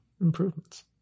improvements